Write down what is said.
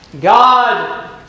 God